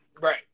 right